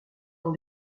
dans